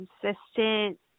consistent